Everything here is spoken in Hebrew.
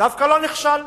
דווקא לא נכשל.